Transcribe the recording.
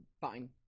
fine